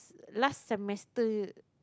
last semester's